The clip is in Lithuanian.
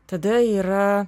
tada yra